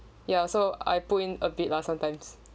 ya so I put in a bit lah sometimes